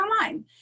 online